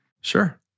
Sure